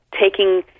taking